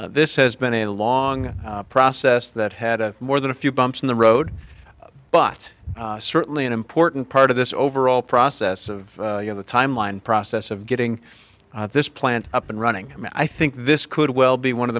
board this has been a long process that had a more than a few bumps in the road but certainly an important part of this overall process of you know the timeline process of getting this plant up and running and i think this could well be one of